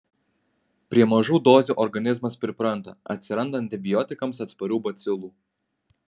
prie mažų dozių organizmas pripranta atsiranda antibiotikams atsparių bacilų